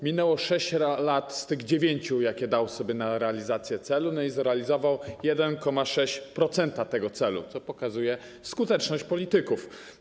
Minęło 6 lat z tych 9, jakie dał sobie na realizację celu, no i zrealizował 1,6% tego celu, co pokazuje skuteczność polityków.